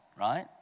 Right